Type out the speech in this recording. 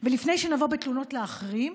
ולפני שנבוא בתלונות לאחרים,